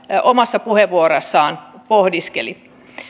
omassa puheenvuorossaan pohdiskeli